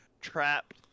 trapped